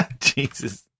Jesus